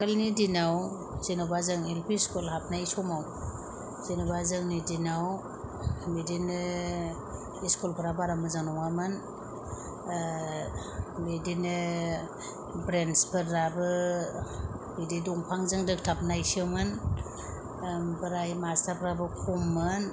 आगोलनि दिनाव जेन'बा जों एल पि स्कुल हाबनाय समाव जेन'बा जोंनि दिनाव बिदिनो इस्कुलफ्रा बारा मोजां नङामोन बिदिनो ब्रेन्चफोराबो बिदि दंफांजों दोबथाबनायसोमोन ओमफ्राय मास्तारफ्राबो खममोन